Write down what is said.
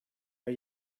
are